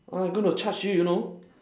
ah I gonna charge you you know